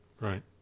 Right